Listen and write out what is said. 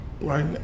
right